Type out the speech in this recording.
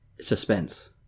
suspense